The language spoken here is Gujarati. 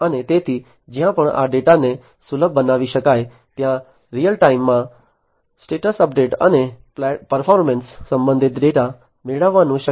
અને તેથી જ્યાં પણ આ ડેટાને સુલભ બનાવી શકાય ત્યાં રીઅલ ટાઇમમાં સ્ટેટસ અપડેટ્સ અને પરફોર્મન્સ સંબંધિત ડેટા મેળવવાનું શક્ય છે